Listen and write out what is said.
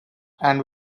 and